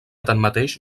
tanmateix